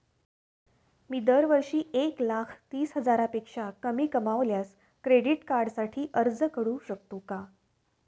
मी दरवर्षी एक लाख तीस हजारापेक्षा कमी कमावल्यास क्रेडिट कार्डसाठी अर्ज करू शकतो का?